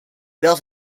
built